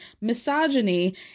misogyny